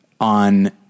on